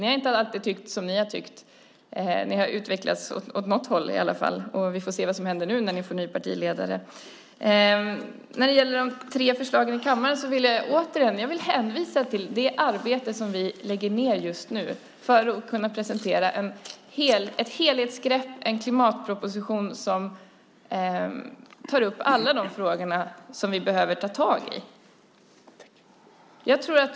Vi har inte alltid tyckt som ni har tyckt. Ni har utvecklats åt något håll i alla fall, och vi får se vad som händer nu när ni får en ny partiledare. När det gäller de tre förslagen i kammaren vill jag återigen hänvisa till det arbete som vi just nu lägger ned för att kunna presentera ett helhetsgrepp, en klimatproposition som omfattar alla de frågor som vi behöver ta tag i.